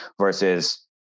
versus